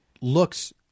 looks